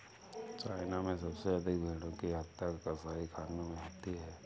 China में सबसे अधिक भेंड़ों की हत्या कसाईखानों में होती है